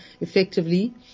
effectively